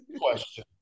Question